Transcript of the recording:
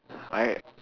I